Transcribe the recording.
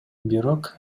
бирок